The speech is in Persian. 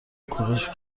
کوروش